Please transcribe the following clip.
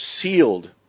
sealed